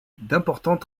d’importants